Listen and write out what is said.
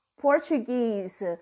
Portuguese